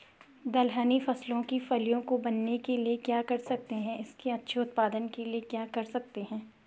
दलहनी फसलों की फलियों को बनने के लिए क्या कर सकते हैं इसके अच्छे उत्पादन के लिए क्या कर सकते हैं?